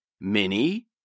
mini